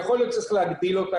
יכול להיות שצריך להגדיל אותה,